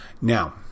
Now